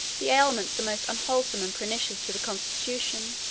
the aliments the most unwholesome and pernicious to the constitution,